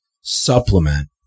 supplement